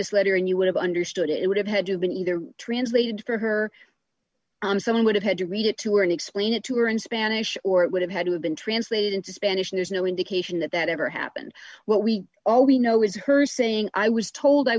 this letter and you would have understood it would have had to have been either translated for her someone would have had to read it to her and explain it to her in spanish or it would have had to have been translated into spanish there's no indication that that ever happened what we all we know is her saying i was told i